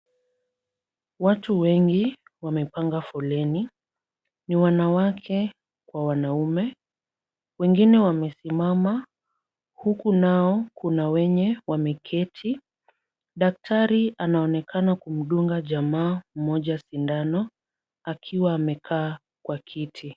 Watu wengi wapepanga foleni. Ni wanawake kwa wanume, wengine wamesimama huku nao kuna wenye wameketi. Daktari anaonekana kumdunga jamaa mmoja sindano akiwa amekaa kwa kiti.